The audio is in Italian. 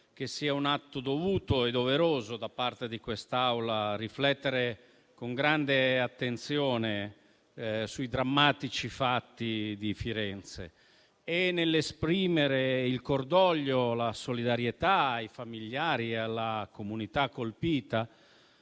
che sia un atto dovuto e doveroso da parte di quest'Assemblea riflettere con grande attenzione sui drammatici fatti di Firenze. Nell'esprimere cordoglio e solidarietà ai familiari e alla comunità colpiti,